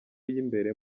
y’imbere